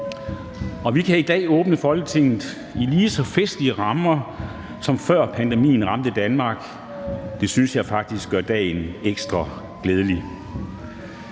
Vi kan i dag åbne Folketinget i lige så festlige rammer, som før pandemien ramte Danmark. Det synes jeg faktisk gør dagen ekstra glædelig.